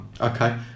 Okay